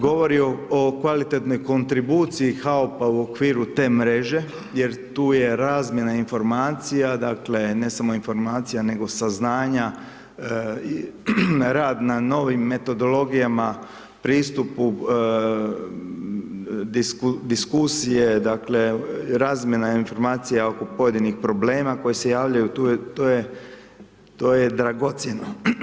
Govori o kvalitetnoj kontribuciji HAOP-a u okviru te mreže jer je tu razmjena informacija, dakle, ne samo informacija nego saznanja, rad na novim metodologijama, pristupu, diskusije, dakle, razmjena informacija oko pojedinih problema koji se javljaju, to je dragocjeno.